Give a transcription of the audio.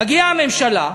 מגיעה הממשלה,